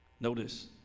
Notice